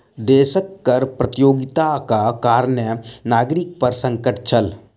देशक कर प्रतियोगिताक कारणें नागरिक पर संकट छल